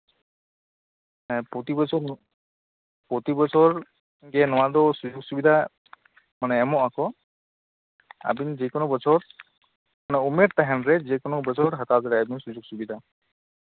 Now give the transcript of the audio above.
ᱦᱮᱸ ᱯᱨᱚᱛᱤ ᱵᱚᱪᱷᱚᱨ ᱯᱨᱚᱛᱤ ᱵᱚᱪᱷᱚᱨ ᱜᱮ ᱱᱚᱣᱟ ᱫᱚ ᱥᱩᱡᱳᱜ ᱥᱩᱵᱤᱫᱷᱟ ᱢᱟᱱᱮ ᱮᱢᱚᱜ ᱟᱠᱚ ᱟᱹᱵᱤᱱ ᱡᱮᱠᱳᱱᱳ ᱵᱚᱪᱷᱚᱨ ᱩᱢᱮᱨ ᱛᱟᱦᱮᱱᱨᱮ ᱡᱮᱠᱳᱱᱳ ᱵᱚᱪᱷᱚᱨ ᱦᱟᱛᱟᱣ ᱫᱟᱲᱮᱭᱟᱜ ᱵᱮᱱ ᱥᱩᱡᱳᱜ ᱥᱩᱵᱤᱫᱷᱟ